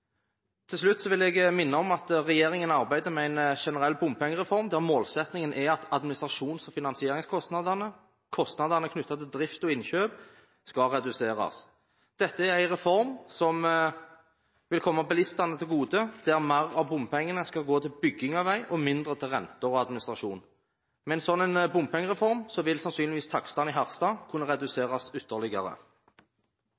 Til slutt vil jeg minne om at regjeringen arbeider med en generell bompengereform, der målsettingen er at administrasjons- og finansieringskostnadene og kostnadene knyttet til drift og innkjøp skal reduseres. Dette er en reform som vil komme bilistene til gode, der mer av bompengene skal gå til bygging av vei og mindre til renter og administrasjon. Med en slik bompengereform vil sannsynligvis takstene i Harstad kunne